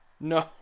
No